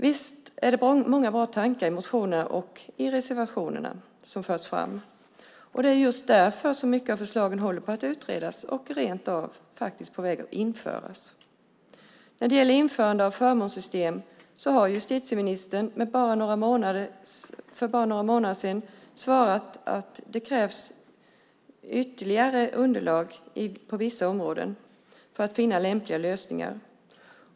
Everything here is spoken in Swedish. Visst är det många bra tankar som förs fram i motionerna och reservationerna. Just därför håller man på och utreder många av förslagen. En del av det som föreslås är rent av på väg att införas. När det gäller införandet av förmånssystem har justitieministern för bara några månader sedan svarat att det på vissa områden krävs ytterligare underlag för att finna lämpliga lösningar.